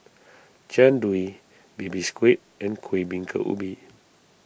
Jian Dui Baby Squid and Kuih Bingka Ubi